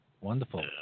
wonderful